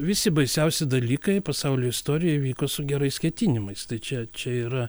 visi baisiausi dalykai pasaulio istorijoje vyko su gerais ketinimais tai čia čia yra